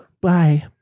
Bye